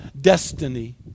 destiny